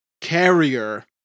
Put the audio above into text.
carrier